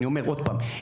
אני אומר עוד פעם,